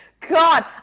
God